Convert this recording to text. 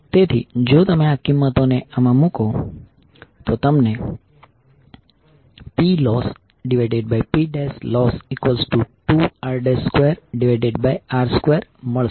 તેથી જો તમે આ કિંમતોને આમાં મુકો તો તમને PlossPloss2r2r2 મળશે